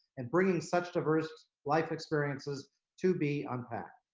and bringing such diverse life experiences to be unpacked.